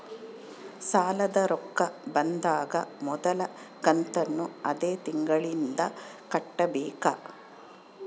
ಸಾಲದ ರೊಕ್ಕ ಬಂದಾಗ ಮೊದಲ ಕಂತನ್ನು ಅದೇ ತಿಂಗಳಿಂದ ಕಟ್ಟಬೇಕಾ?